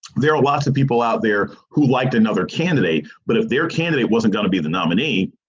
there are lots of people out there who liked another candidate, but if their candidate wasn't going to be the nominee,